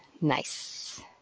nice